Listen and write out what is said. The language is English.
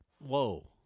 Whoa